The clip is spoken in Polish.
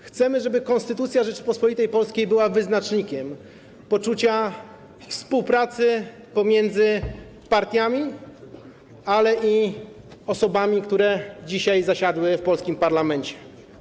Chcemy, żeby Konstytucja Rzeczypospolitej Polskiej była wyznacznikiem poczucia współpracy pomiędzy partiami, ale i osobami, które dzisiaj zasiadły w polskim parlamencie.